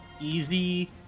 easy